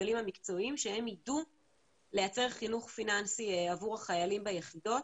הסגלים המקצועיים שהם ידעו לייצר חינוך פיננסי עבור החיילים ביחידות.